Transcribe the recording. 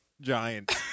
giant